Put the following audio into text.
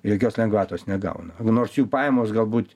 jokios lengvatos negauna nors jų pajamos galbūt